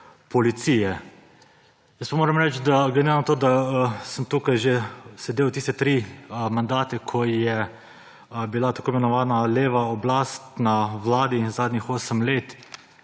policije. Jaz pa moram reči glede na to, da sem tukaj sedel tiste tri mandate, ko je bila tako imenovana leva oblast na vladi, in zadnjih 8 let,